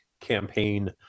campaign